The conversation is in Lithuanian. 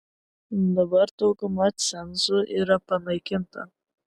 dabar dauguma cenzų yra panaikinta